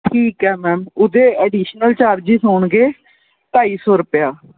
ਠੀਕ ਹੈ ਮੈਮ ਉਹਦੇ ਐਡੀਸ਼ਨਲ ਚਾਰਜਿਸ ਹੋਣਗੇ ਢਾਈ ਸੌ ਰੁਪਇਆ